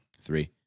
Three